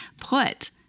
put